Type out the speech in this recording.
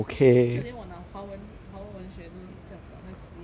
就连我拿华文华文文学都这样少才十一个人而已